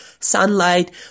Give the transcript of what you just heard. sunlight